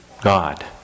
God